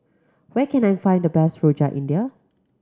where can I find the best Rojak India